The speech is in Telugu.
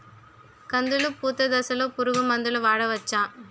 కందులు పూత దశలో పురుగు మందులు వాడవచ్చా?